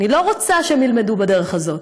אני לא רוצה שהם ילמדו בדרך הזאת,